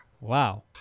Wow